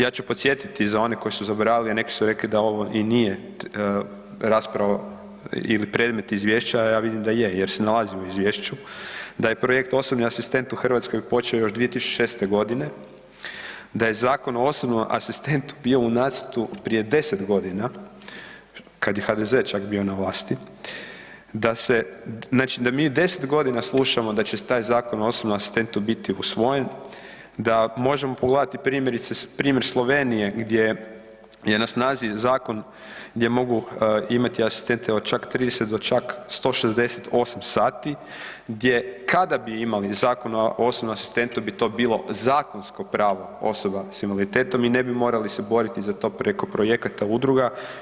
Ja ću podsjetiti za one koji su zaboravili, neki su rekli da ovo i nije rasprava ili predmet izvješća, a ja vidim da je jer se nalazi u izvješću, da je projekt osobni asistent u Hrvatskoj počeo još 2006. godine, da je Zakon o osobnom asistentu bio u nacrtu prije 10 godina kada je HDZ čak bio na vlasti, da mi 10 godina slušamo da će taj Zakon o osobnom asistentu biti usvojen, da možemo pogledati primjerice primjer Slovenije gdje je na snazi zakon gdje mogu imati asistente od čak 30 do čak 168 sati, gdje kada bi imali Zakon o osobnom asistentu bi to bilo zakonsko pravo osoba s invaliditetom i ne bi se morali boriti za to preko projekata udruga.